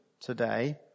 today